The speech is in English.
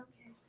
Okay